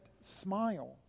smile